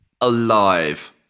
alive